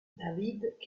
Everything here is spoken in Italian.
david